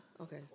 Okay